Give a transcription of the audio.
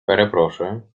перепрошую